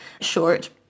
short